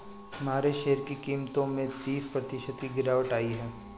हमारे शेयर की कीमतों में तीस प्रतिशत की गिरावट आयी है